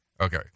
Okay